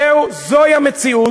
זוהי המציאות,